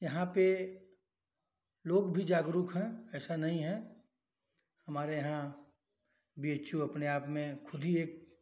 यहाँ पर लोग भी जागरूक हैं ऐसा नहीं है हमारे यहाँ बी एच यू अपने आप में खुद ही एक